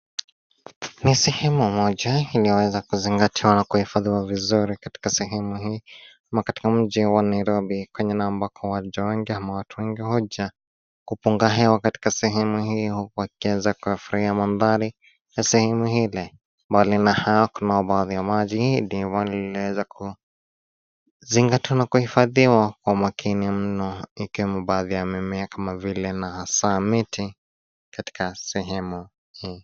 Ni sehemu moja inayoweza kuzingatiwa na kuhifadhiwa vizuri katika sehemu hii ama katika mji wa Nairobi kwenye na ambako waja wengi ama watu wengi huja kupunga hewa katika sehemu hiyo wakiweza kuyafurahia mandhari ya sehemu Ile, bali na hayo kunayo baadhi ya maji, ndio linaloweza kuzingatiwa na kuhifadhiwa kwa makini mno ikiwemo baadhi ya mimea kama vile na hasa miti katika sehemu hii.